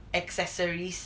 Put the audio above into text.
accessories